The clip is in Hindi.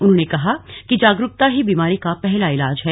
उन्होंने कहा कि जागरूकता ही बीमारी का पहला इलाज है